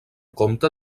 compte